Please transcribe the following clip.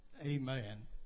Amen